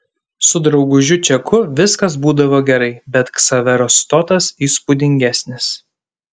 su draugužiu čeku viskas būdavo gerai bet ksavero stotas įspūdingesnis